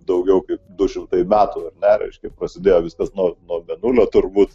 daugiau kaip du šimtai metų ar ne reiškia prasidėjo viskas nuo nuo mėnulio turbūt